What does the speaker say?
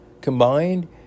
combined